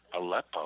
Aleppo